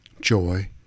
joy